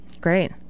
Great